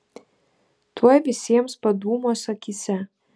tuoj visiems padūmuos akyse